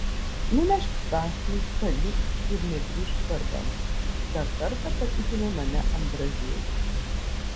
nunešk stasiui palik ir negrįžk darban dar kartą patikino mane ambraziejus